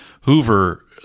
Hoover